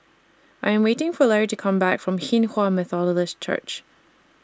I'm waiting For Lary to Come Back from Hinghwa Methodist Church